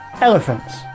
elephants